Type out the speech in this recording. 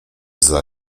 zza